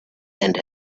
and